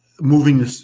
Moving